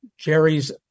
Jerry's